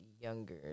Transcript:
younger